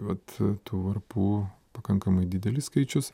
vat tų varpų pakankamai didelis skaičius